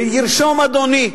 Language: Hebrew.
וירשום אדוני,